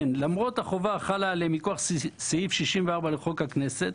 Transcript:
זאת שכן למרות החובה החלה עליהם מכוח סעיף 64 לחוק הכנסת,